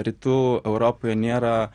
rytų europoj nėra